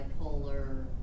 bipolar